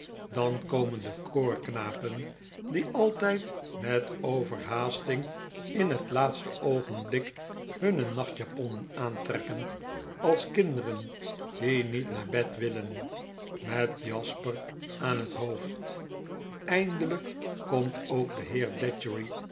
dan komen dekoorknapen die altijd met overhaasting in het laatste oogenblik hunne nachtjaponnen aantrekken als kinderen die niet naar bed willen met jasper aan het hoofd eindelijk komt ook de